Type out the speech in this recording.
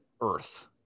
Earth